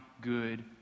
good